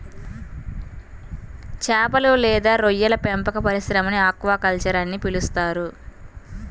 చేపలు లేదా రొయ్యల పెంపక పరిశ్రమని ఆక్వాకల్చర్ అని పిలుస్తారు